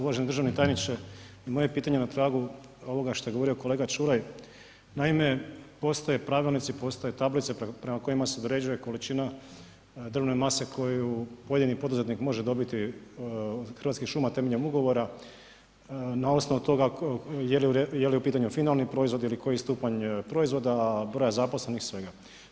Uvaženi državni tajniče, moje pitanje je na tragu ovoga što je govorio kolega Čuraj, naime, postoje pravilnici, postoje tablice prema kojima se određuje količina drvne mase koju pojedini poduzetnik može dobiti od Hrvatskih šuma temeljem ugovora na osnovu toga je li u pitanju finalni proizvod ili koji stupanj proizvoda, broja zaposlenih i svega.